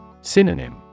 Synonym